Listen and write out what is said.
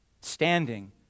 standing